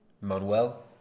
Manuel